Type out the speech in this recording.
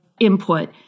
input